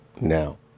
now